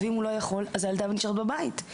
ואם הוא לא יכול אז הילדה נשארת בבית.